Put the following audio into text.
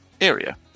area